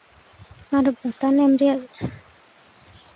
ᱟᱨ ᱵᱟᱛᱟᱱ ᱮᱢ ᱨᱮᱭᱟᱜ